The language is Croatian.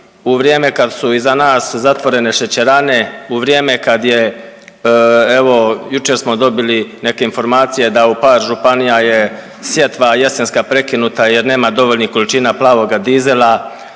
u vrijeme kad su iza nas zatvorene šećerane, u vrijeme kad je, evo jučer smo dobili neke informacije da u par županija je sjetva jesenska prekinuta jer nema dovoljnih količina plavoga dizela,